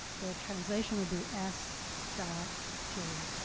the translation would be s dot g,